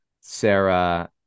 Sarah